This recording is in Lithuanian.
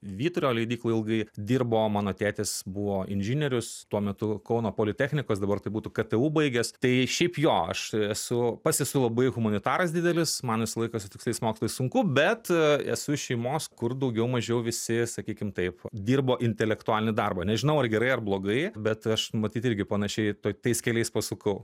vyturio leidykloj ilgai dirbo mano tėtis buvo inžinierius tuo metu kauno politechnikos dabar tai būtų ktu baigęs tai šiaip jo aš esu pats esu labai humanitaras didelis man visą laiką su tiksliais mokslais sunku bet esu iš šeimos kur daugiau mažiau visi sakykim taip dirbo intelektualinį darbą nežinau ar gerai ar blogai bet aš matyt irgi panašiai to tais keliais pasukau